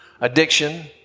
addiction